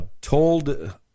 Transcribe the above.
told